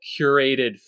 curated